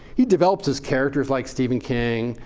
he develops his characters like stephen king.